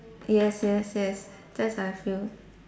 yes yes yes that's what I feel